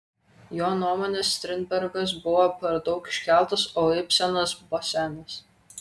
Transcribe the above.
jo nuomone strindbergas buvo per daug iškeltas o ibsenas pasenęs